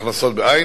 הכנסות בעין,